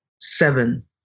Seven